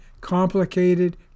complicated